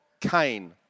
Cain